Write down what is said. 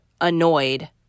annoyed